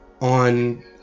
on